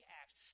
acts